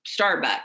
Starbucks